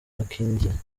makindye